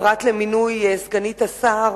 פרט למינוי סגנית השר,